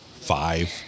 five